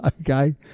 okay